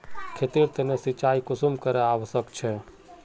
खेतेर तने सिंचाई कुंसम करे आवश्यक छै?